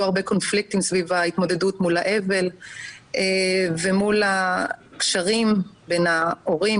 הרבה קונפליקטים בהתמודדות מול האבל ומול הקשרים בין ההורים,